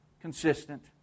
consistent